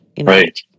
Right